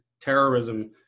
terrorism